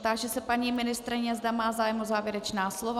Táži se paní ministryně, zda má zájem o závěrečné slovo.